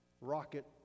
rocket